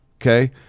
okay